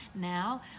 Now